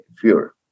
fewer